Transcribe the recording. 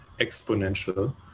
exponential